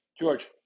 George